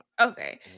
Okay